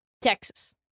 Texas